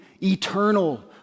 eternal